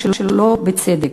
ולא בצדק.